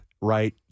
right